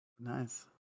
Nice